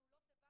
תבינו את זה.